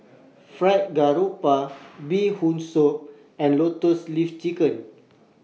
Fried Garoupa Bee Hoon Soup and Lotus Leaf Chicken